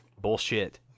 bullshit